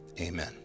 amen